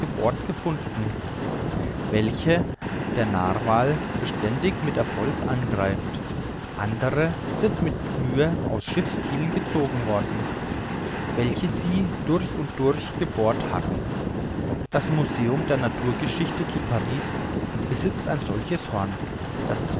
gefunden welche der narwal beständig mit erfolg angreift andere sind mit mühe aus schiffskielen gezogen worden welche sie durch und durch gebohrt hatten das museum der naturgeschichte zu paris besitzt ein solches horn das